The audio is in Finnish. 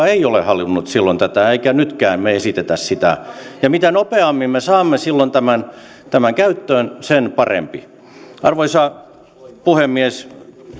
ei ole halunnut silloin tätä emmekä me nytkään esitä sitä ja mitä nopeammin me saamme tämän tämän käyttöön sen parempi arvoisa puhemies